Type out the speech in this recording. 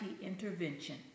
intervention